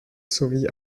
sowie